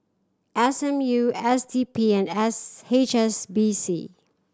S M U S D P and S H S B C